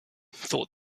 thought